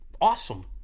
awesome